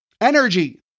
Energy